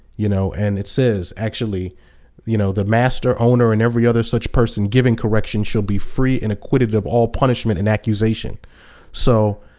you know, and it says actually you know the master, owner and every other such person giving correction shall be free and acquitted of all punishment and accusation so,